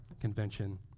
convention